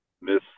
Miss